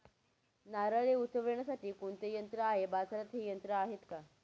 नारळे उतरविण्यासाठी कोणते यंत्र आहे? बाजारात हे यंत्र आहे का?